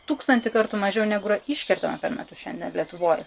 tūkstantį kartų mažiau negu yra iškertama per metus šiandien lietuvoj